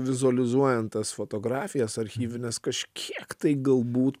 vizualizuojant tas fotografijas archyvines kažkiek tai galbūt